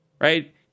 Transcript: right